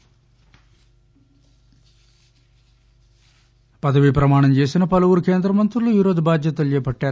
మంత్రులుః పదవీ ప్రమాణం చేసిన పలువురు కేంద్ర మంత్రులు ఈరోజు బాధ్యతలుచేపట్టారు